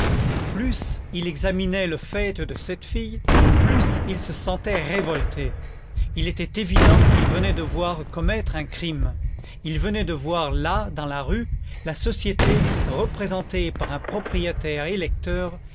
plus il examinait le fait de cette fille plus il se sentait révolté il était évident qu'il venait de voir commettre un crime il venait de voir là dans la rue la société représentée par un